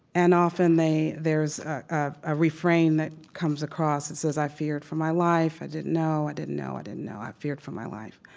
and often, they there's ah a ah refrain that comes across. it says i feared for my life. i didn't know, i didn't know, i didn't know. i feared for my life.